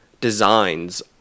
designs